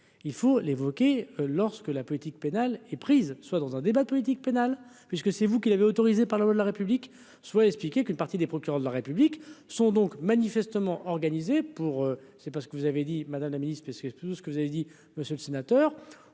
il faut l'évoquer lorsque la politique pénale est prise soit dans un débat politique pénale puisque c'est vous qui l'avait autorisé par la loi de la République soit expliqué qu'une partie des procureurs de la République sont donc manifestement organisée pour c'est pas ce que vous avez dit Madame la Ministre, parce que tout ce que vous avez dit monsieur le sénateur